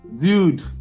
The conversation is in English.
dude